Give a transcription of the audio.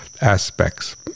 aspects